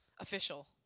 Official